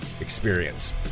experience